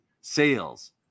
sales